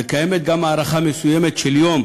וקיימת הארכה מסוימת של יום